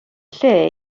lle